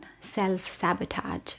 self-sabotage